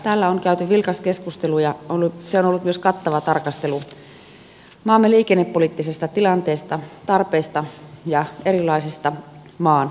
täällä on käyty vilkas keskustelu ja se on ollut myös kattava tarkastelu maamme liikennepoliittisesta tilanteesta tarpeista ja erilaisista maan osista